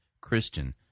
Christian